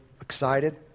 excited